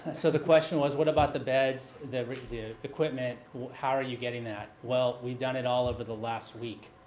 so the question was, what about the beds, the the equipment, how are you getting that. well, we've done it all over the last week.